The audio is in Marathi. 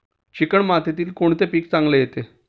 चिकण मातीत कोणते पीक चांगले येते?